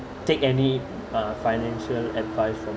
take any uh financial advice from